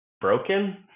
broken